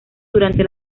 durante